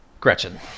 Gretchen